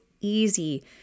easy